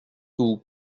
vous